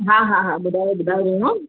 हा हा हा ॿुधायो ॿुधायो भेण